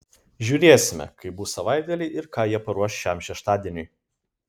žiūrėsime kaip bus savaitgalį ir ką jie paruoš šiam šeštadieniui